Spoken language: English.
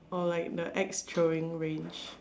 or like the axe throwing range